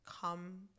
come